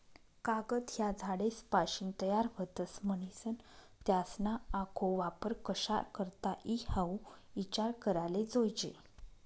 कागद ह्या झाडेसपाशीन तयार व्हतस, म्हनीसन त्यासना आखो वापर कशा करता ई हाऊ ईचार कराले जोयजे